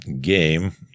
game